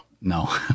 No